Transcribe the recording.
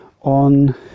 on